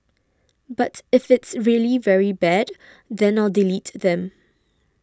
but if it's really very bad then I'll delete them